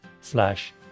slash